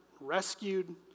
rescued